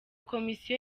komisiyo